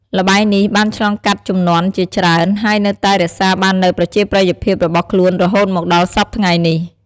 ល្បែងនេះបានឆ្លងកាត់ជំនាន់ជាច្រើន ហើយនៅតែរក្សាបាននូវប្រជាប្រិយភាពរបស់ខ្លួនរហូតមកដល់សព្វថ្ងៃនេះ។